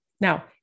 Now